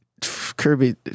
Kirby